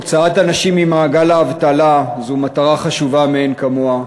הוצאת אנשים ממעגל האבטלה זאת מטרה חשובה מאין כמוה,